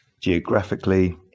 geographically